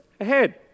ahead